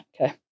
Okay